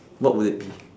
what will it be